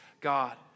God